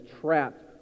trapped